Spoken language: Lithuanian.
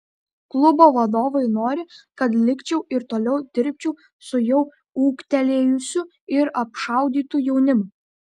klubo vadovai nori kad likčiau ir toliau dirbčiau su jau ūgtelėjusiu ir apšaudytu jaunimu